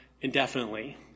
indefinitely